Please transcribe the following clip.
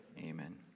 amen